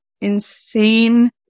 insane